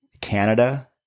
Canada